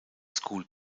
school